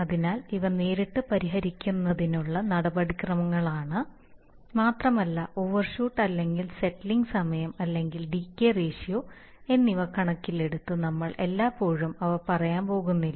അതിനാൽ ഇവ നേരിട്ട് പരിഹരിക്കുന്നതിനുള്ള നടപടിക്രമങ്ങളാണ് മാത്രമല്ല ഓവർഷൂട്ട് അല്ലെങ്കിൽ സെറ്റിലിംഗ്Isettling സമയം അല്ലെങ്കിൽ ഡികെയ് റേഷ്യോ എന്നിവ കണക്കിലെടുത്ത് നമ്മൾ എല്ലായ്പ്പോഴും അവ പറയാൻ പോകുന്നില്ല